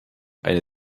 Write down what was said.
eine